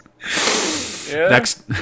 Next